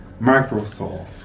Microsoft